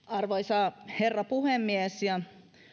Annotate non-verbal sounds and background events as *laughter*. *unintelligible* arvoisa herra puhemies